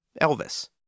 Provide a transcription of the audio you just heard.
Elvis